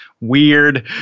weird